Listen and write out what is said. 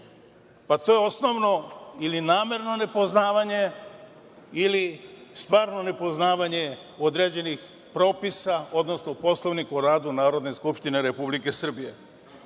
To je osnovno ili namerno nepoznavanje ili stvarno nepoznavanje određenih propisa, odnosno Poslovnika o radu Narodne skupštine Republike Srbije. Svaki